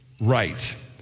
right